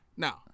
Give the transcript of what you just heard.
Now